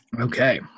Okay